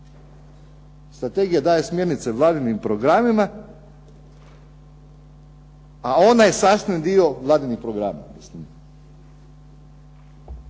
Strategija daje smjernice Vladinim programima a ona je sastavni dio vladinog programa.